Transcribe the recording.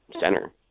center